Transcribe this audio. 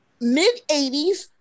mid-80s